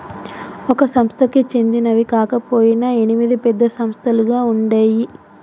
ఒక సంస్థకి చెందినవి కాకపొయినా ఎనిమిది పెద్ద సంస్థలుగా ఉండేయ్యి